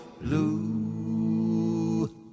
blue